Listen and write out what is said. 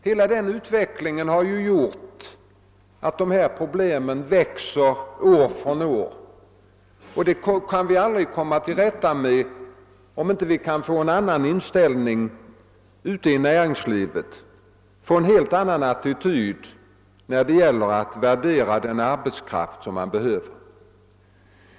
Hela denna utveckling har medfört att problemen växer år från år, och vi kan aldrig bemästra dem om det inte kan skapas en helt annan attityd inom näringslivet när det gäller att värdera arbetskraften.